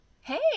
Hey